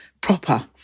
proper